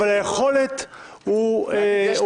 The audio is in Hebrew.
אבל היכולת היא להכיל -- זה אישי,